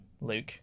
Luke